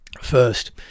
first